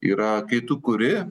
yra kai tu kuri